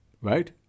right